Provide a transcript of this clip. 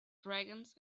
dragons